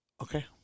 Okay